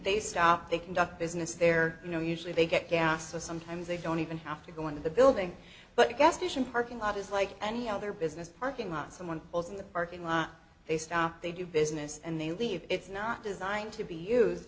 they stop they conduct business there you know usually they get gas so sometimes they don't even have to go into the building but a gas station parking lot is like any other business parking lot someone goes in the parking lot they stop they do business and they leave it's not designed to be used